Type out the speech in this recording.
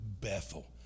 Bethel